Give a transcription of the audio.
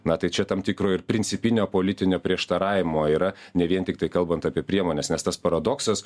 na tai čia tam tikro ir principinio politinio prieštaravimo yra ne vien tiktai kalbant apie priemones nes tas paradoksas